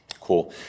Cool